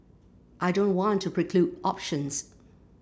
I don't want to preclude options